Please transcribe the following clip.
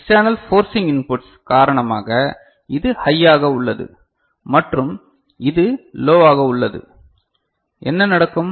external forcing inputs காரணமாக இது ஹையாக உள்ளது மற்றும் இது லோவாக உள்ளது என்ன நடக்கும்